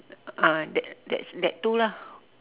ah that that that two lah